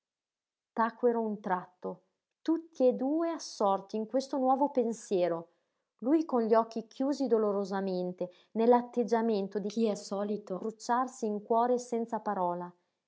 anch'io tacquero un tratto tutti e due assorti in questo nuovo pensiero lui con gli occhi chiusi dolorosamente nell'atteggiamento di chi è solito crucciarsi in cuore senza parola